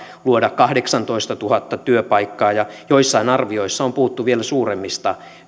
luoda jopa kahdeksantoistatuhatta työpaikkaa ja joissain arvioissa on puhuttu vielä suuremmista